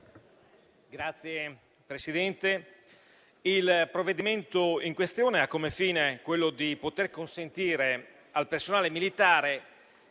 Signor Presidente, il provvedimento in questione ha come fine quello di poter consentire al personale militare